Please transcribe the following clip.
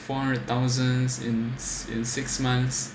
four hundred thousands in in six months